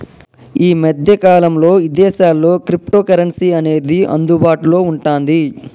యీ మద్దె కాలంలో ఇదేశాల్లో క్రిప్టోకరెన్సీ అనేది అందుబాటులో వుంటాంది